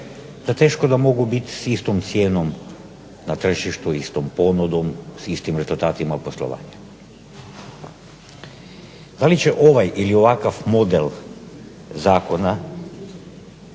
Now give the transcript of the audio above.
da teško da mogu biti s istom cijenom na tržištu, istom ponudom, s istim rezultatima poslovanja. Da li će ovaj ili ovakav model zakona